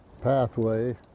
pathway